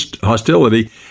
hostility